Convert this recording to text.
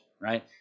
right